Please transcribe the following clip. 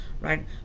right